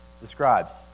describes